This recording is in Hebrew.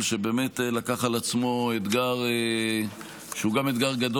שבאמת לקח על עצמו אתגר שהוא גם אתגר גדול,